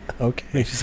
Okay